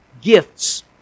gifts